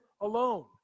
alone